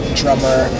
drummer